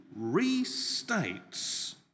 restates